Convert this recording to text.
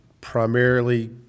primarily